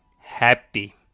happy